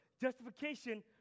justification